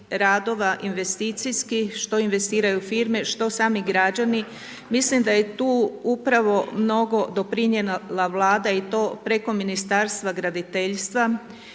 radova investicijskih, što investiraju firme, što sami građani. Mislim da je tu upravo mnogo doprinijela Vlada i to preko Ministarstva graditeljstva